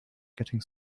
getting